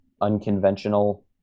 unconventional